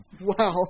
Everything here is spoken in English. Wow